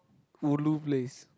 ulu place